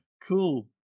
Cool